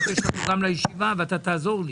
מאיר, אני מבקש שתבוא גם לישיבה ואתה תעזור לי.